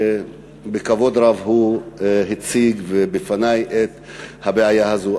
שבכבוד רב הוא הציג בפני את הבעיה הזו.